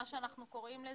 מה שאנחנו קוראים לזה,